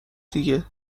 دیگه